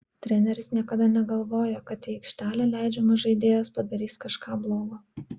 treneris niekada negalvoja kad į aikštelę leidžiamas žaidėjas padarys kažką blogo